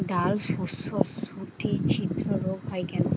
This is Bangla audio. ডালশস্যর শুটি ছিদ্র রোগ হয় কেন?